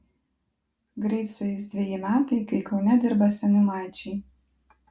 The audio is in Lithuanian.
greit sueis dveji metai kai kaune dirba seniūnaičiai